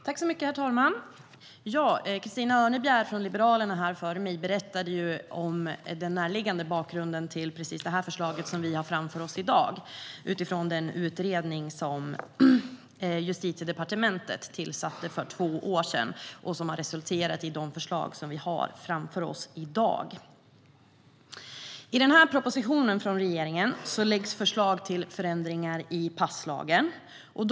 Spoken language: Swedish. Herr talman! Christina Örnebjär från Liberalerna berättade om den närliggande bakgrunden till precis det förslag som vi har framför oss i dag. Den utredning som Justitiedepartementet tillsatte för två år sedan har resulterat i de förslag som vi har framför oss i dag. I propositionen från regeringen läggs förslag till förändringar i passlagen fram.